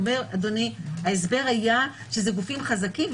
ההסבר היה שזה גופים חזקים,